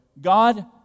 God